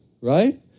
right